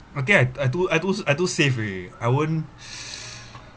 I think I I too I too I too safe already I wouldn't